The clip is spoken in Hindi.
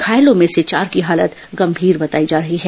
घायलों में से चार की हालत गंभीर बताई जा रही है